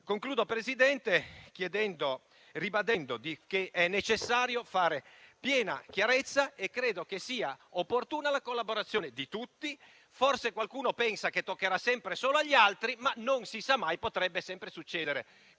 Concludo, signor Presidente, ribadendo che è necessario fare piena chiarezza e che è opportuna la collaborazione di tutti. Forse qualcuno pensa che toccherà sempre e solo agli altri, ma non si sa mai, perché le cose